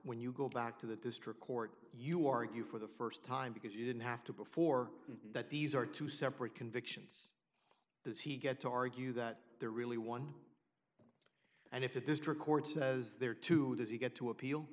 when you go back to the district court you argue for the st time because you didn't have to before that these are two separate convictions does he get to argue that there really one and if the district court says there are two does he get to appeal